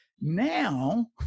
Now